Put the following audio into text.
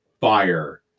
fire